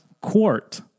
Quart